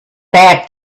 back